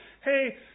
hey